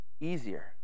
easier